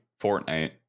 fortnite